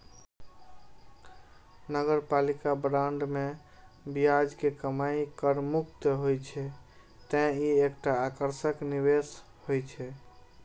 नगरपालिका बांड मे ब्याज के कमाइ कर मुक्त होइ छै, तें ई एकटा आकर्षक निवेश होइ छै